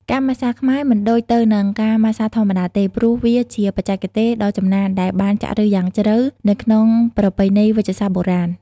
ការម៉ាស្សាខ្មែរមិនដូចទៅនឹងការម៉ាស្សាធម្មតាទេ ព្រោះវាជាបច្ចេកទេសដ៏ចំណានដែលបានចាក់ឫសយ៉ាងជ្រៅនៅក្នុងប្រពៃណីវេជ្ជសាស្ត្របុរាណ។